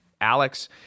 Alex